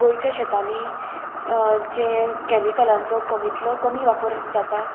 गोंयच्या शेतांनी जें कॅमिकलांचो कमींतलो कमी वापर जाता